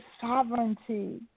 sovereignty